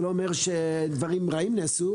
זה לא אומר שדברים רעים נעשו,